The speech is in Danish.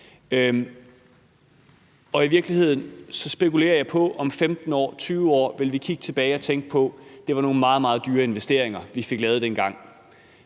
I virkeligheden spekulerer jeg på: Vil vi om 15-20 år kigge tilbage og tænke, at det var nogle meget, meget dyre investeringer, vi fik lavet dengang?